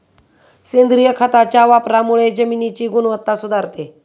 सेंद्रिय खताच्या वापरामुळे जमिनीची गुणवत्ता सुधारते